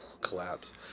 collapse